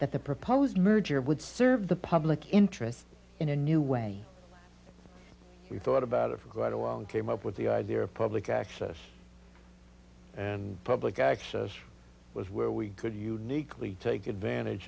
that the proposed merger would serve the public interest in a new way we thought about it for quite a while and came up with the idea of public access and public access was where we could uniquely take advantage